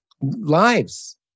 lives